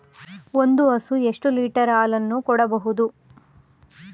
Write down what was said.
ಒಂದು ಹಸು ಎಷ್ಟು ಲೀಟರ್ ಹಾಲನ್ನು ಕೊಡಬಹುದು?